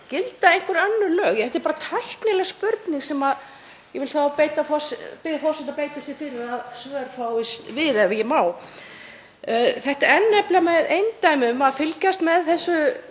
Gilda einhver önnur lög? Þetta er bara tæknileg spurning sem ég vil þá að biðja forseta að beita sér fyrir að svör fáist við, ef ég má. Það er nefnilega með eindæmum að fylgjast með þessum